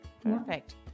Perfect